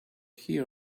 here